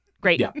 Great